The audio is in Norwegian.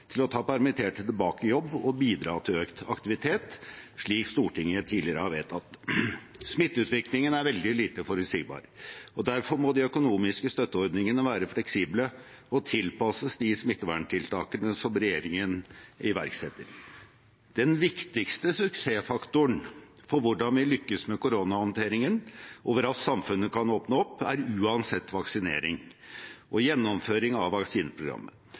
til å ta permitterte tilbake i jobb og bidra til økt aktivitet, slik Stortinget tidligere har vedtatt. Smitteutviklingen er veldig lite forutsigbar, og derfor må de økonomiske støtteordningene være fleksible og tilpasses de smitteverntiltakene som regjeringen iverksetter. Den viktigste suksessfaktoren for hvordan vi lykkes med koronahåndteringen, og hvor raskt samfunnet kan åpne opp, er uansett vaksinering og gjennomføring av